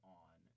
on